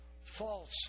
false